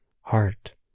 heart